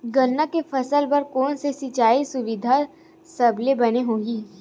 गन्ना के फसल बर कोन से सिचाई सुविधा सबले बने होही?